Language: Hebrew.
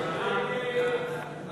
הצעת סיעת העבודה